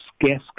gas